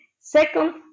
Second